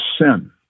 sin